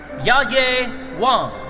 yeah ah yaye wang.